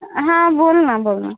हां बोल ना बोल ना